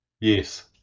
yes